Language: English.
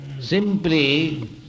Simply